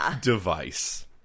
device